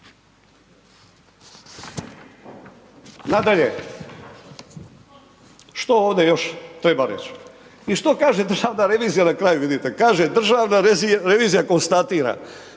Nadalje, što ovdje još treba reći i što kaže državna revizija na kraju vidite, kaže državna revizija konstatira,